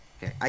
Okay